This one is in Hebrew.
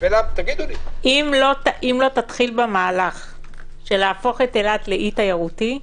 אם לא תתחיל במהלך להפוך את אילת לאי תיירותי,